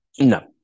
No